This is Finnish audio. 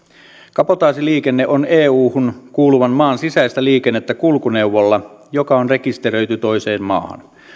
kabotaasiliikenne on euhun kuuluvan maan sisäistä liikennettä kulkuneuvolla joka on rekisteröity toiseen maahan